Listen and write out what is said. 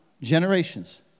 generations